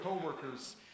coworkers